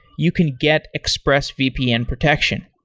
you can get expressvpn protection.